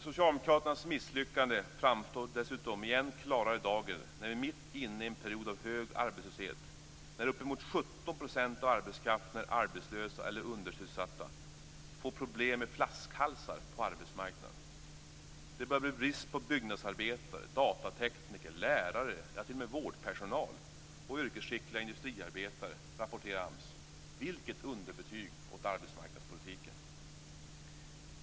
Socialdemokraternas misslyckande framstår dessutom i än klarare dager när vi mitt i en period av hög arbetslöshet, när uppemot 17 % av arbetskraften är arbetslösa eller undersysselsatta, får problem med flaskhalsar på arbetsmarknaden. Det börjar bli brist på byggnadsarbetare, datatekniker, lärare, ja, t.o.m. vårdpersonal och yrkesskickliga industriarbetare, rapporterar AMS. Vilket underbetyg åt arbetsmarknadspolitiken!